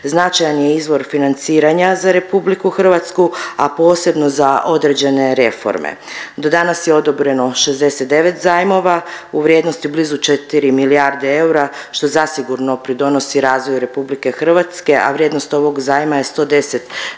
značajan je izvor financiranja za RH, a posebno za određene reforme. Do danas je odobreno 69 zajmova u vrijednosti blizu 4 milijarde eura što zasigurno pridonosi razvoju RH, a vrijednost ovog zajma je 110